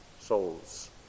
souls